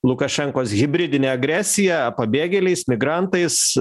lukašenkos hibridinė agresija pabėgėliais migrantais